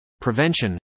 prevention